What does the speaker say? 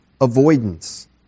avoidance